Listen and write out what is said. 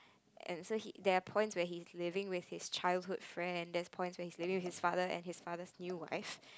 and so he there are points where he is living with his childhood friend there's point where he's living with his father and his father's new wife